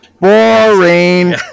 boring